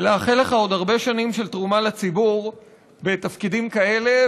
ולאחל לך עוד הרבה שנים של תרומה לציבור בתפקידים כאלה,